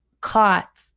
caught